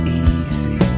easy